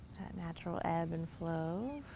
natural ebb and flow.